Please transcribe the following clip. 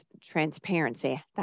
transparency